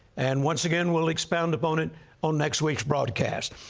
and once again, we'll expound upon it on next week's broadcast.